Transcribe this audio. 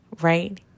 right